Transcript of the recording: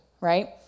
right